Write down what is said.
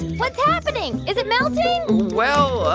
what's happening? is it melting? well,